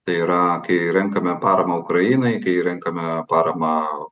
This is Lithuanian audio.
tai yra kai renkame paramą ukrainai kai renkame paramą